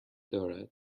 دارد